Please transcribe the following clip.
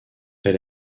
elle